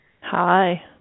Hi